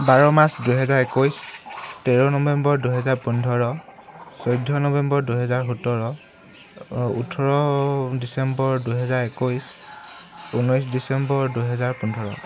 বাৰ মাৰ্চ দুহেজাৰ একৈছ তেৰ নৱেম্বৰ দুহেজাৰ পোন্ধৰ চৈধ্য নৱেম্বৰ দুহেজাৰ সোতৰ ওঠৰ ডিচেম্বৰ দুহেজাৰ একৈছ ঊনৈছ ডিচেম্বৰ দুহেজাৰ পোন্ধৰ